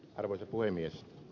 arvoisa puhemies